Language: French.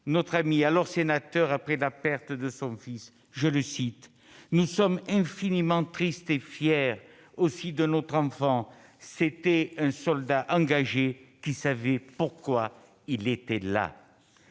Jean-Marie Bockel, après la perte de son fils :« Nous sommes infiniment tristes et fiers aussi de notre enfant. C'était un soldat engagé qui savait pourquoi il était là. »